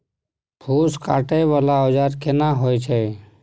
फूस काटय वाला औजार केना होय छै?